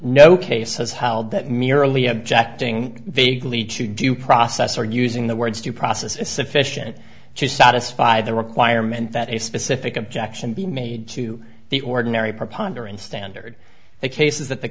no case has held that merely objecting vaguely to due process or using the words to process is sufficient to satisfy the requirement that a specific objection be made to the ordinary preponderance standard that cases that the